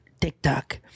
TikTok